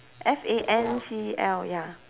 F A N C L ya